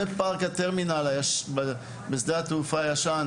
ופארק הטרמינל בשדה התעופה הישן,